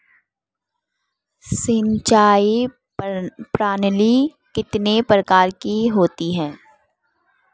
सिंचाई प्रणाली कितने प्रकार की होती है?